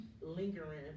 lingering